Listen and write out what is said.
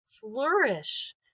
flourish